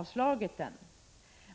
avstyrkt den.